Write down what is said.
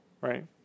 right